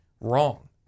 wrong